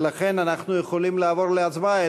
ולכן אנחנו יכולים לעבור להצבעה,